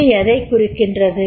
இது எதைக் குறிக்கின்றது